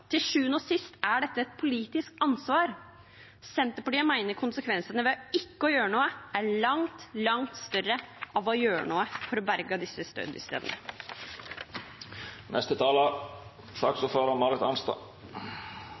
dette et politisk ansvar. Senterpartiet mener konsekvensene ved ikke å gjøre noe er langt, langt større enn ved å gjøre noe for å berge disse